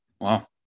Wow